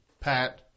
Pat